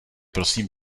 prosím